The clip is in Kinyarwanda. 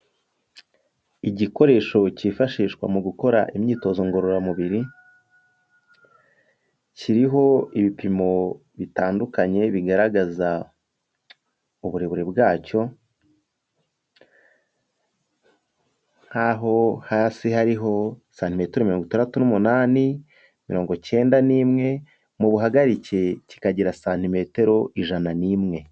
Igikoresho cyifashishwa mu gukora imyitozo ngororamubiri, kiriho ibipimo bitandukanye bigaragaza uburebure bwacyo, nk'aho hasi hariho santimetero mirongo itandatu n'umunani, mirongo icyenda n'imwe, mu buhagarike kikagira santimetero ijana n'imwe.